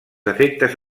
efectes